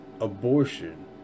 abortion